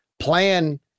plan